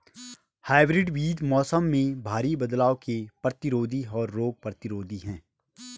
hybrid बीज मौसम में भारी बदलाव के प्रतिरोधी और रोग प्रतिरोधी हैं